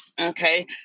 okay